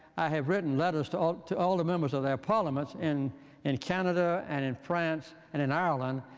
i have written letters to all to all the members of their parliaments in in canada and in france and in ireland.